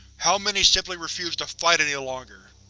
how many simply refuse to fight any longer?